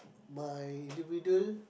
my team leader